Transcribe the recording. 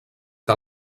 que